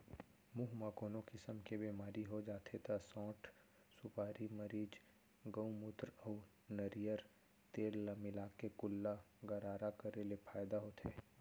मुंह म कोनो किसम के बेमारी हो जाथे त सौंठ, सुपारी, मरीच, गउमूत्र अउ नरियर तेल ल मिलाके कुल्ला गरारा करे ले फायदा होथे